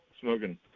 smoking